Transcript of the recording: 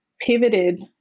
pivoted